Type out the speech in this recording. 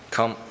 Come